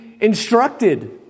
instructed